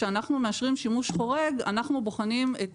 כשאנחנו מאשרים שימוש חורג אנחנו בוחנים את